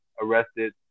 arrested